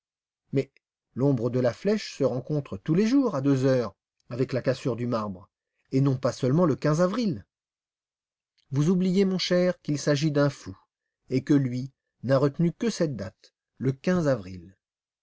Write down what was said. mais l'ombre de la flèche se rencontre tous les jours à deux heures avec la cassure du marbre et non pas seulement le avril vous oubliez mon cher ami qu'il s'agit d'un fou et que lui n'a retenu que cette date le avril